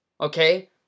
okay